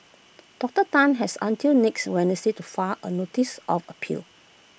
Doctor Tan has until next Wednesday to far A notice of appeal